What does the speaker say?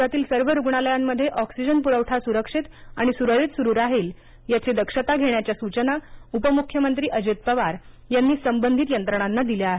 राज्यातील सर्व रुग्णालयांमध्ये ऑक्सीजन पुरवठा सुरक्षित आणि सुरळीत सुरु राहील याची दक्षता घेण्याच्या सूचना उपमुख्यमंत्री अजित पवार यांनी संबंधित यंत्रणांना दिल्या आहेत